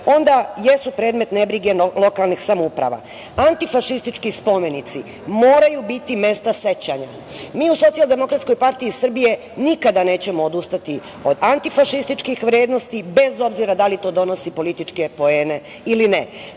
onda jesu predmet nebrige lokalnih samouprava. Antifašistički spomenici moraju biti mesta sećanja. Mi u Socijaldemokratskoj partiji Srbije nikada nećemo odustati od antifašističkih vrednosti, bez obzira da li to donosi političke poene ili ne.